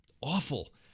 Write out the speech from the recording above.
awful